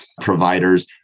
providers